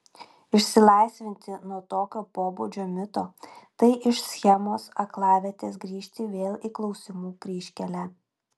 išsilaisvinti nuo tokio pobūdžio mito tai iš schemos aklavietės grįžti vėl į klausimų kryžkelę